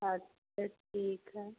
अच्छा ठीक है